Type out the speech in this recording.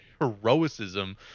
heroicism